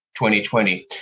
2020